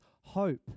hope